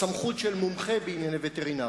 סמכות של מומחה בענייני וטרינריה.